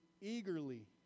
eagerly